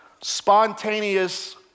spontaneous